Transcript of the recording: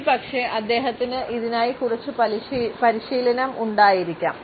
ഒരുപക്ഷേ അദ്ദേഹത്തിന് ഇതിനായി കുറച്ച് പരിശീലനം ഉണ്ടായിരിക്കാം